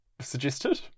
suggested